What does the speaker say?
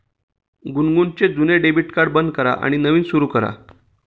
गुनगुनचे जुने debit card बंद करा आणि नवीन सुरू करा